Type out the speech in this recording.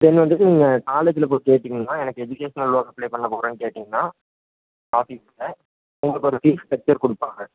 தென் வந்துட்டு நீங்கள் காலேஜில் போய் கேட்டிங்கனா எனக்கு எஜிகேஷ்னல் லோன் அப்ளை பண்ண போறேன்னு கேட்டிங்கனா ஆஃபிஸில் உங்களுக்கு ஒரு ஃபீஸ் ஸ்ட்ரக்சர் கொடுப்பாங்க